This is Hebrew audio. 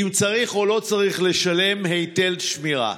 אם צריך או לא צריך לשלם היטל שמירה.